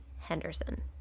Henderson